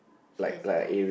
physical